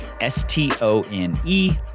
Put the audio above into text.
S-T-O-N-E